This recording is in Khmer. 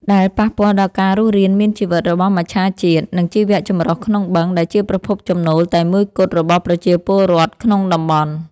ដែលប៉ះពាល់ដល់ការរស់រានមានជីវិតរបស់មច្ឆជាតិ និងជីវៈចម្រុះក្នុងបឹង ដែលជាប្រភពចំណូលតែមួយគត់របស់ប្រជាពលរដ្ឋក្នុងតំបន់។